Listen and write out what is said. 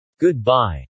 Goodbye